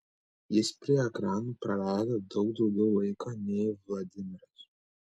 jis prie ekranų praleido daug daugiau laiko nei vladimiras